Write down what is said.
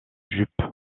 jupe